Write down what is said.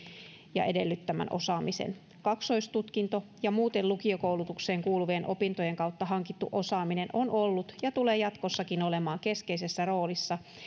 ja edellyttämän osaamisen kaksoistutkinto ja muuten lukiokoulutukseen kuuluvien opintojen kautta hankittu osaaminen on ollut ja tulee jatkossakin olemaan keskeisessä roolissa